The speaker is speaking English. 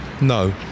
no